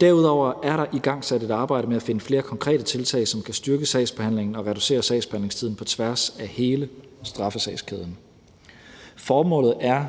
Derudover er der igangsat et arbejde med at finde flere konkrete tiltag, som kan styrke sagsbehandlingen og reducere sagsbehandlingstiden på tværs af hele straffesagskæden. Formålet er,